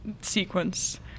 sequence